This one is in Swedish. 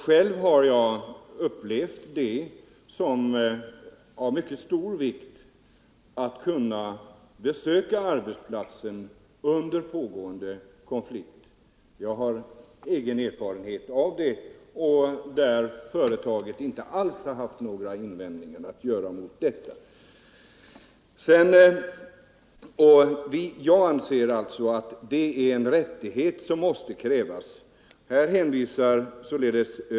Själv har jag upplevt det vara av mycket stor vikt att kunna besöka arbetsplatsen under pågående konflikt. Jag har egen erfarenhet av detta, och där hade företaget inte alls några invändningar att göra mot arbetarnas tillträde till arbetsplatsen. Jag anser att det är en rättighet som man i så fall måste kräva.